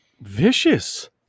vicious